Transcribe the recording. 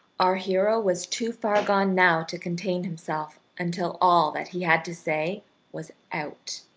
our hero was too far gone now to contain himself until all that he had to say was out.